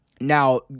Now